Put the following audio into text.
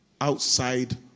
outside